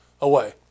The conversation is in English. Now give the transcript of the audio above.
away